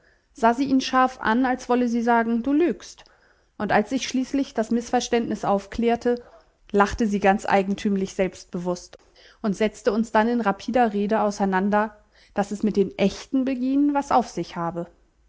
sah sie ihn scharf an als wolle sie sagen du lügst und als sich schließlich das mißverständnis aufklärte lachte sie ganz eigentümlich selbstbewußt und setzte uns dann in rapider rede auseinander daß es mit den echten beginen was auf sich habe